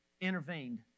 intervened